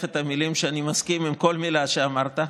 את הדברים בכל שאני מסכים לכל מילה שאמרת.